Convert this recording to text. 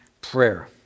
prayer